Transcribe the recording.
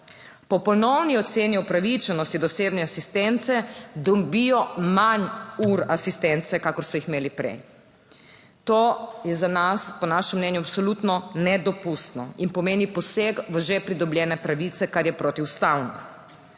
po ponovni oceni upravičenosti do osebne asistence dobijo manj ur asistence, kakor so jih imeli prej. To je po našem mnenju absolutno nedopustno in pomeni poseg v že pridobljene pravice, kar je protiustavno.